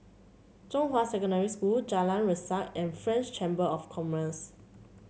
Zhonghua Secondary School Jalan Resak and French Chamber of Commerce